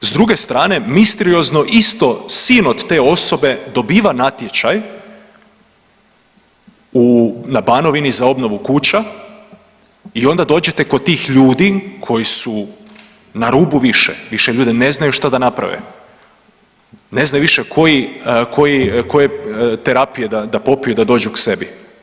S druge strane misteriozno isto sin od te osobe dobiva natječaj u, na Banovini za obnovu kuća i onda dođete kod tih ljudi koji su na rubu više, više ljudi ne znaju šta da naprave, ne znaju više koji, koji, koje terapije da, da popiju da dođu k sebi.